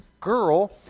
girl